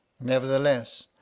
Nevertheless